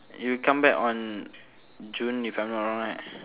you come back on june if I'm not wrong right